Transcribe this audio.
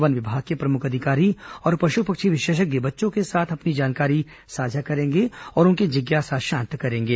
one विभाग के प्रमुख अधिकारी और पशु पक्षी विशेषज्ञ बच्चों के साथ अपनी जानकारी साझा करेंगे और उनकी जिज्ञासा शांत करेंगे